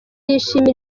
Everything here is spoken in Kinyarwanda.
yishimira